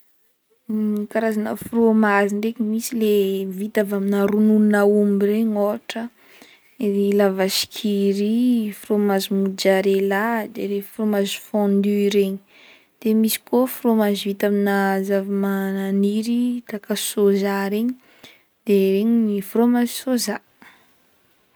Karazagna fromazy ndraiky: misy le avy amina rononon'aomby regny ohatra la vache qui rit, fromazy mozarela, de regny fromazy fondu reny de misy koa fromazy vita amina zavamaniry kaka soja regny de regny fromazy soja.